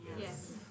Yes